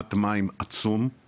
פחת מים עצום,